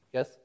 Yes